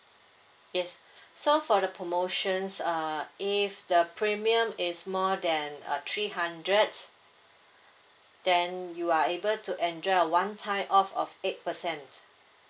yes so for the promotions uh if the premium is more than uh three hundred then you are able to enjoy a one time off of eight percent